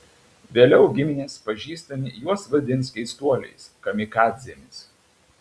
vėliau giminės pažįstami juos vadins keistuoliais kamikadzėmis